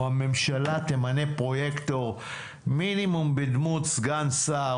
או הממשלה תמנה פרויקטור מינימום בדמות סגן שר,